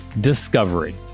discovery